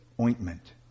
ointment